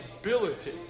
ability